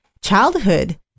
childhood